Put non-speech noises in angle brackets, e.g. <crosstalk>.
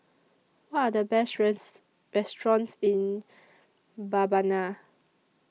What Are The Best <unintelligible> restaurants in Mbabana